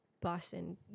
Boston